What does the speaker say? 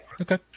Okay